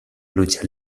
lucha